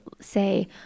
say